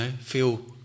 feel